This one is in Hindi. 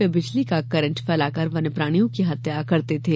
वे बिजली का करंट फैलाकर वन्य प्राणियों की हत्या करते थे